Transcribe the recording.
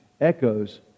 echoes